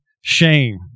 shame